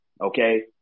Okay